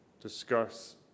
discuss